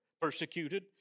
Persecuted